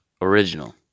Original